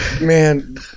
man